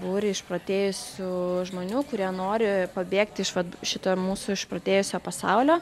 būrį išprotėjusių žmonių kurie nori pabėgti iš vat šito mūsų išprotėjusio pasaulio